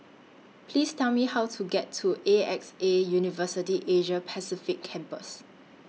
Please Tell Me How to get to A X A University Asia Pacific Campus